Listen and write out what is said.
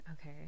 okay